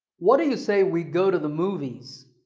what do you say we go to the movies?